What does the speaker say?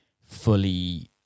fully